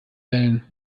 wellen